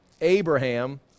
Abraham